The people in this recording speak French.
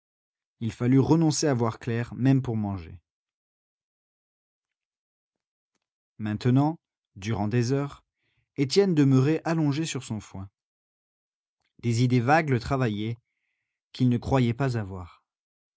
il fallut renoncer à voir clair même pour manger maintenant durant des heures étienne demeurait allongé sur son foin des idées vagues le travaillaient qu'il ne croyait pas avoir